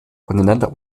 voneinander